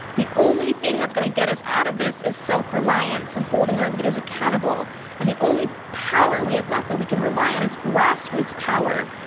the only thing that's gonna get us out of this is self reliance and holding our leaders accountable and the only power we have left that we can rely on as grassroots power.